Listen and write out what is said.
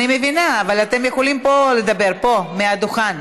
אני מבינה, אבל אתם יכולים פה לדבר, פה, מהדוכן.